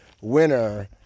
winner